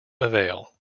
avail